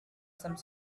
some